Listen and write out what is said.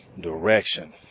direction